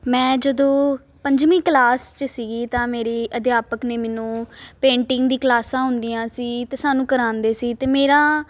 ਮੈਂ ਜਦੋਂ ਪੰਜਵੀਂ ਕਲਾਸ 'ਚ ਸੀਗੀ ਤਾਂ ਮੇਰੀ ਅਧਿਆਪਕ ਨੇ ਮੈਨੂੰ ਪੇਂਟਿੰਗ ਦੀ ਕਲਾਸਾਂ ਹੁੰਦੀਆਂ ਸੀ ਅਤੇ ਸਾਨੂੰ ਕਰਾਉਂਦੇ ਸੀ ਅਤੇ ਮੇਰਾ